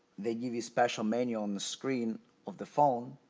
they give you a special menu on the screen of the phone